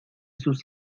sus